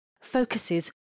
focuses